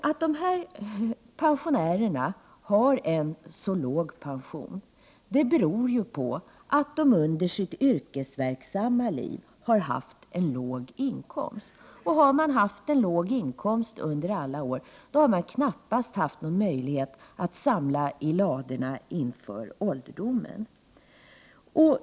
Att de här pensionärerna har en så låg pension beror på att de under sitt yrkesverksamma liv har haft en låg inkomst. Har man haft en låg inkomst under alla år, har man knappast haft möjlighet att samla i ladorna inför ålderdomen.